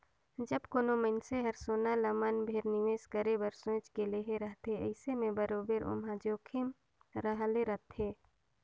जब कोनो मइनसे हर सोना ल मन भेर निवेस करे बर सोंएच के लेहे रहथे अइसे में बरोबेर ओम्हां जोखिम रहले रहथे